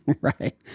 Right